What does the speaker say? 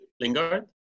Lingard